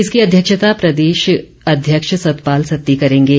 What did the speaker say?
इसकी अध्यक्षता प्रदेश अध्यक्ष सतपाल सत्ती करेंगे